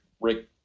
Rick